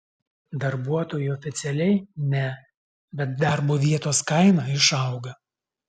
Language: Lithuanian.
darbuotojui oficialiai ne bet darbo vietos kaina išauga